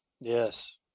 Yes